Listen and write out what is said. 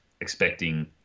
Expecting